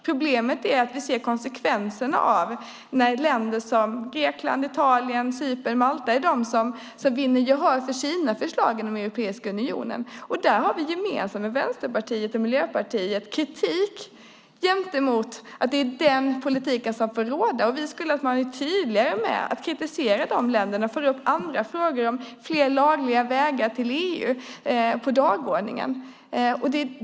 Problemet är att vi ser konsekvenserna av att länder som Grekland, Italien, Cypern och Malta vinner gehör för sina förslag inom Europeiska unionen. Där har vi gemensamt med Vänsterpartiet och Miljöpartiet kritik gentemot att det är den politiken som får råda. Vi skulle vilja att man var tydligare med att kritisera de länderna och att föra upp frågor om fler lagliga vägar till EU på dagordningen.